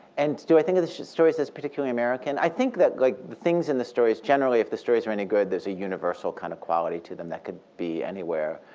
and do i think of the stories as particularly american? i think that like the things in the stories, generally if the stories are any good, there's a universal kind of quality to them that could be anywhere.